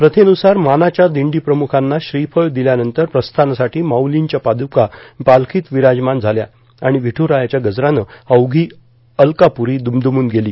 प्रथेन्रसार मानाच्या दिंडी प्रमुखांना श्रीफळ दिल्यानंतर प्रस्थानासाठी माऊलीच्या पादुका पालखीत विराजमान झाल्या आणि विठूरायाच्या गजरानं अवधी अलंकापुरी दुमदुमून गेली